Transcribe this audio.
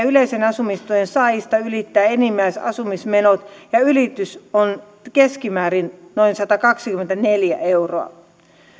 yleisen asumistuen saajista ylittää enimmäisasumismenot ja ylitys on keskimäärin noin satakaksikymmentäneljä euroa